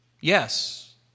Yes